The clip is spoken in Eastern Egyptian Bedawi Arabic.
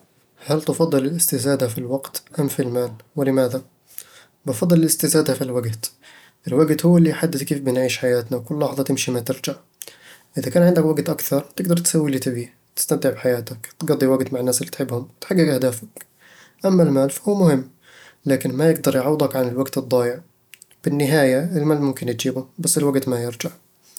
هل تفضل الاستزادة في الوقت أم في المال؟ ولماذا؟ بفضّل الاستزادة في الوقت الوقت هو اللي يحدد كيف بنعيش حياتنا، وكل لحظة تمشي ما ترجع إذا كان عندك وقت أكثر، تقدر تسوي اللي تبيه، تستمتع بحياتك، تقضي وقت مع الناس اللي تحبهم، وتحقق أهدافك أما المال، فهو مهم، لكن ما يقدر يعوّضك عن الوقت الضايع بالنهاية، المال ممكن تجيبه، بس الوقت ما يرجع